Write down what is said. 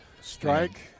Strike